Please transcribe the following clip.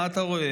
מה אתה רואה?